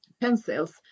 pencils